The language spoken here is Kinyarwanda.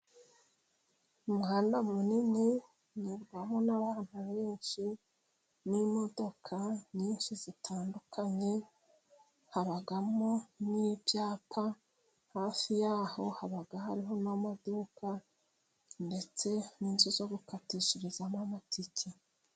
Umuhanda munini unyurwaho n'abantu benshi, n'imodoka nyinshi zitandukanye, habamo n'ibyapa, hafi y'aho haba hariho n'amaduka, ndetse n'inzu zo gukatishirizamo amatike.